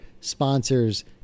sponsors